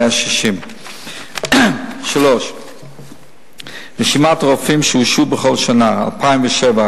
160. 3. רשימת הרופאים שהושעו בכל שנה: 2007,